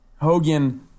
Hogan